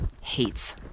hates